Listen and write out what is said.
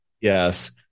yes